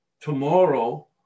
tomorrow